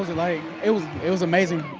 like? it was it was amazing.